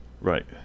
Right